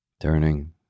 Turning